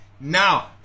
Now